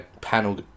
panel